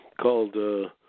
Called